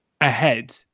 ahead